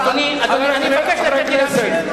אדוני, אני מבקש לתת לי להמשיך.